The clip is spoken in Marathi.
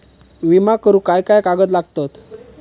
विमा करुक काय काय कागद लागतत?